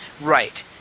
Right